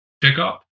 pickup